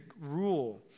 rule